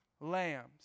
lambs